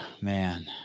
Man